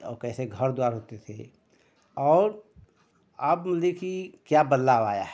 कैसे घर द्वार होती थी और अब माने कि क्या बदलाव आया है